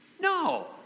No